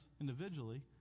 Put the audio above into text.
individually